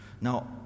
Now